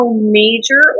major